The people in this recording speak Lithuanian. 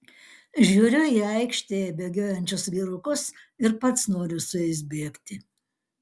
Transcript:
žiūriu į aikštėje bėgiojančius vyrukus ir pats noriu su jais bėgti